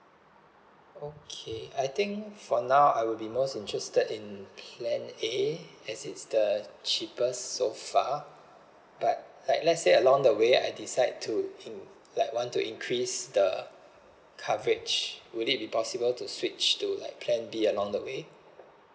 okay I think for now I will be most interested in plan A as it's the cheapest so far but like let's say along the way I decide to inc~ like want to increase the coverage would it be possible to switch to like plan B along the way